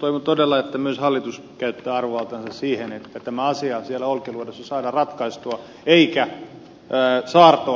toivon todella että myös hallitus käyttää arvovaltaansa siihen että tämä asia siellä olkiluodossa saadaan ratkaistua eikä saarto